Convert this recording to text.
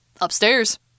Upstairs